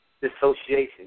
dissociation